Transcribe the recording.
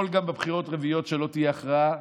יכול להיות שגם בבחירות הרביעיות לא תהיה הכרעה,